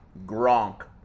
Gronk